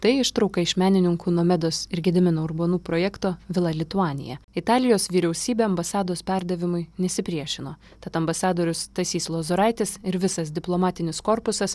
tai ištrauka iš menininkų nomedos ir gedimino urbonų projekto vila lituanija italijos vyriausybė ambasados perdavimui nesipriešino tad ambasadorius stasys lozoraitis ir visas diplomatinis korpusas